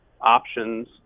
options